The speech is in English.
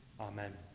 Amen